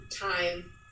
time